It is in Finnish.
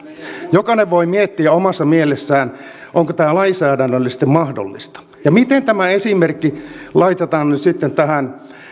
jokainen voi miettiä omassa mielessään onko tämä lainsäädännöllisesti mahdollista miten tämä esimerkki laitetaan nyt sitten tähän